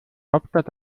hauptstadt